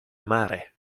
amare